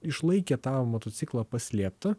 išlaikė tą motociklą paslėptą